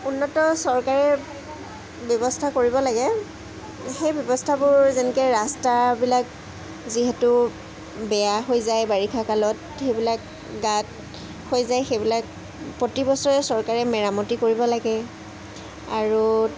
উন্নত চৰকাৰে ব্যৱস্থা কৰিব লাগে সেই ব্যৱস্থাবোৰ যেনেকৈ ৰাস্তাবিলাক যিহেতু বেয়া হৈ যায় বাৰিষা কালত সেইবিলাক গাঁত হৈ যায় সেইবিলাক প্ৰতিবছৰে চৰকাৰে মেৰামতি কৰিব লাগে আৰু